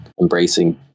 embracing